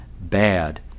bad